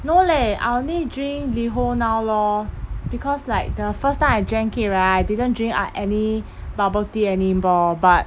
no leh I only drink liho now lor because like the first time I drank it right I didn't drink ah any bubble tea anymore but